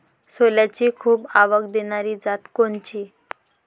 सोल्याची खूप आवक देनारी जात कोनची?